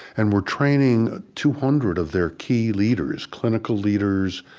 and we're training ah two hundred of their key leaders clinical leaders,